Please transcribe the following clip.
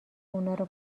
اونارو